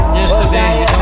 Yesterday